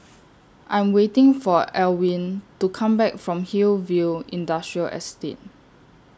I'm waiting For Alwine to Come Back from Hillview Industrial Estate